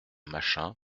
machin